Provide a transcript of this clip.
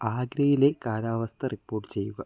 ആഗ്രയിലെ കാലാവസ്ഥ റിപ്പോർട്ട് ചെയ്യുക